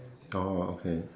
oh okay